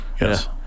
Yes